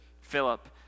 Philip